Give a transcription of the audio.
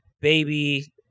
Baby